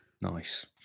nice